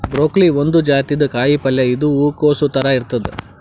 broccoli ಒಂದ್ ಜಾತಿದ್ ಕಾಯಿಪಲ್ಯ ಇದು ಹೂಕೊಸ್ ಥರ ಇರ್ತದ್